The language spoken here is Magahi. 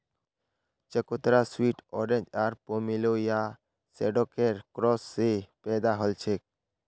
चकोतरा स्वीट ऑरेंज आर पोमेलो या शैडॉकेर क्रॉस स पैदा हलछेक